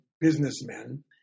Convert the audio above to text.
businessmen